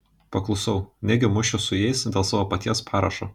paklusau negi mušiuos su jais dėl savo paties parašo